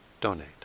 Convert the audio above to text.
donate